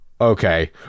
Okay